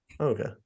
Okay